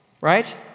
Right